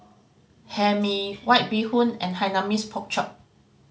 Hae Mee White Bee Hoon and Hainanese Pork Chop